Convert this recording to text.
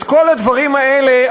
את כל הדברים האלה,